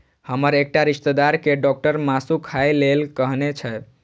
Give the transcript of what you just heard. हमर एकटा रिश्तेदार कें डॉक्टर मासु खाय लेल कहने छै